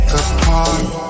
apart